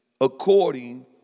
according